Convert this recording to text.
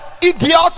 idiot